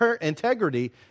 integrity